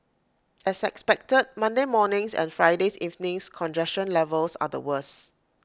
as expected Monday morning's and Friday's evening's congestion levels are the worse